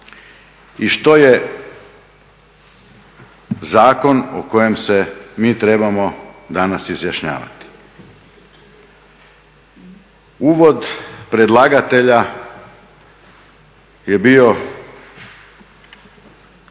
i što je zakon o kojem se mi trebamo danas izjašnjavati. Uvod predlagatelja je bio,